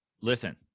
Listen